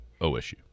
OSU